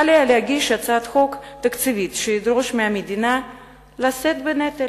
קל היה להגיש הצעת חוק תקציבית שתדרוש מהמדינה לשאת בנטל,